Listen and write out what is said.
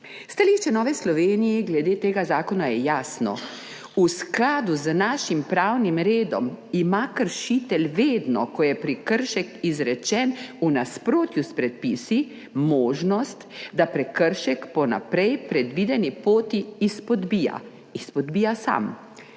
Stališče Nove Slovenije glede tega zakona je jasno. V skladu z našim pravnim redom ima kršitelj vedno, ko je prekršek izrečen v nasprotju s predpisi, možnost, da prekršek po vnaprej predvideni poti izpodbija, izpodbija sam.